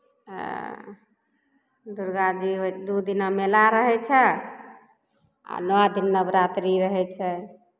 दुर्गा जी होइ दू दिना मेला रहै छै आ नओ दिन नवरात्री रहै छै